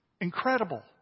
incredible